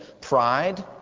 pride